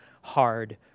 hard